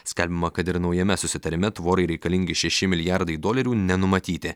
skelbiama kad ir naujame susitarime tvorai reikalingi šeši milijardai dolerių nenumatyti